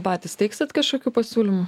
patys teiksit kažkokių pasiūlymų